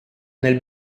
nel